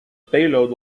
payload